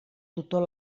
tutor